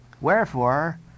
wherefore